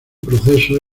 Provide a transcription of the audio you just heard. proceso